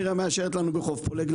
מרים מאשרת לנו לרדת בחוף פולג,